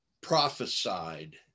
prophesied